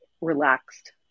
relaxed